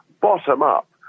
bottom-up